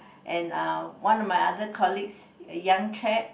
and uh one of my other colleagues a young chap